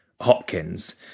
Hopkins